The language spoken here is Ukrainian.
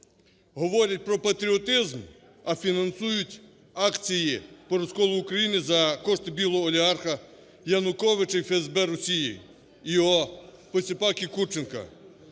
говорять про патріотизм, а фінансують акції по розколу України за кошти "білого" олігарха Януковича і ФСБ Росії, і його посіпаки Курченка.